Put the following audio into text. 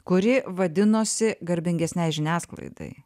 kuri vadinosi garbingesnei žiniasklaidai